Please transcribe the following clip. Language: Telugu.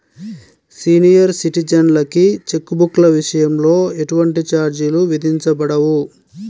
సీనియర్ సిటిజన్లకి చెక్ బుక్ల విషయంలో ఎటువంటి ఛార్జీలు విధించబడవు